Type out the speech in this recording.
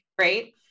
right